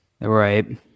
Right